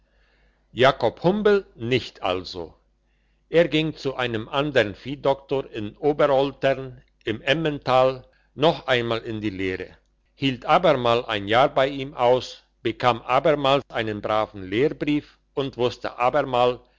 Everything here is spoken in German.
jakob humbel nicht also er ging zu einem andern viehdoktor in oberoltern im emmental noch einmal in die lehre hielt abermal ein jahr bei ihm aus bekam abermal einen braven lehrbrief und wusste abermal